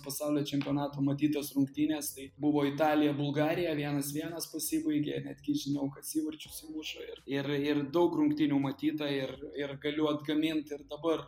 pasaulio čempionato matytas rungtynes tai buvo italija bulgarija vienas vienas pasibaigė netgi žinau kas įvarčius įmušo ir ir ir daug rungtynių matyta ir ir galiu atgamint ir dabar